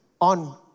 on